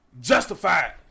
Justified